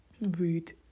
rude